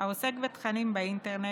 העוסק בתכנים באינטרנט,